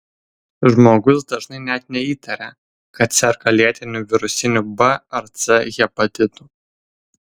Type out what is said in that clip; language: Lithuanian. žmogus dažnai net neįtaria kad serga lėtiniu virusiniu b ar c hepatitu